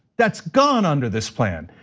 that's gone under this plan.